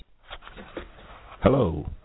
Hello